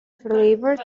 flavors